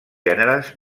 gèneres